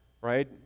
right